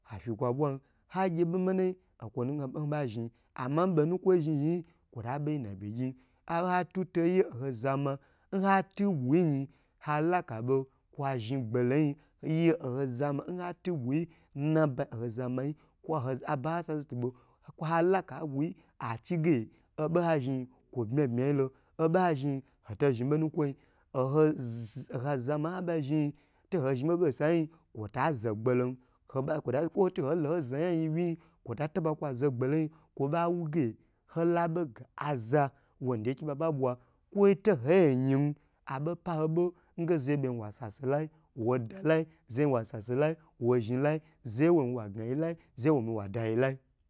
Hagye bomanayi okwo na ho ba zhn amo n bo nukwoi zhn zhn yi kwo ta be na bye gyi nhatu buyi toye oho zama nhatu bayi yi halakabo kwa zhn gbolo yin yi oho zama nhatu buyi kwoho abaha kwo ha chigu obo ha zhngi kwo bma bma yilo, ho bo ha zhn yi hoto zhn bo nukwoym oho zama habo zhiyi toho zhn boboyi nsayi kwo ta zo gbolo kwote ku to ho lo ho zha yan yin nwi kwo ta taba kwa zo gbolo yi kwo ba woge hobo bo ga aze wonde ike nbaba bwa to ho yin abo paho bo nge zeye bo zhn wasa se layi wo da layi, zeye wa sase layiwo zhin layi zeye woi wa gna yi layi zaye woyi wada ye lai